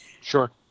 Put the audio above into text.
Sure